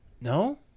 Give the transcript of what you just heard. No